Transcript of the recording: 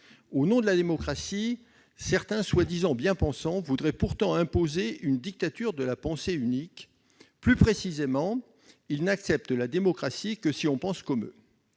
Au nom de la démocratie, certains soi-disant bien-pensants voudraient pourtant imposer une dictature de la pensée unique. Plus précisément, ils n'acceptent la démocratie que si l'on pense comme eux.